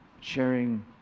sharing